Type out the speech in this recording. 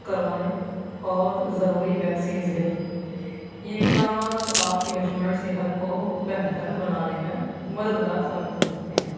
کروائیں اور ضروری ویکسینز لیں یہ اقدامات آپ کے مجموعہ صحت کو بہتر بنانے میں مددگار ثابت ہو سکتے ہیں